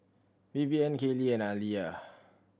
Vivian Kaylene and Aaliyah